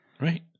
Right